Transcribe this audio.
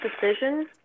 decision